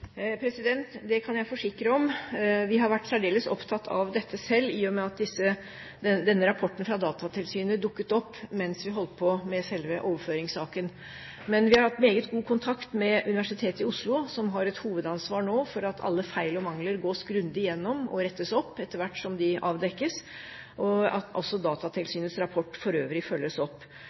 Det kan jeg forsikre om. Vi har vært særdeles opptatt av dette selv, i og med at denne rapporten fra Datatilsynet dukket opp mens vi holdt på med selve overføringssaken. Men vi har hatt meget god kontakt med Universitetet i Oslo, som nå har et hovedansvar for at alle feil og mangler gås grundig gjennom og rettes opp etter hvert som de avdekkes, og at Datatilsynets rapport for øvrig følges opp.